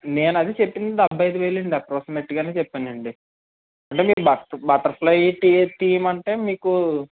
నేనది చెప్పింది డెబ్బై ఐదు వేలు అండి అప్రాక్సిమేట్గానే చెప్పానండి అంటే మీరు బటర్ బట్టర్ ఫ్లై థీ థీమ్ అంటే మీకు